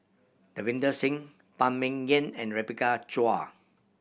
Davinder Singh Phan Ming Yen and Rebecca Chua